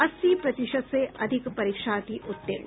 अस्सी प्रतिशत से अधिक परीक्षार्थी उत्तीर्ण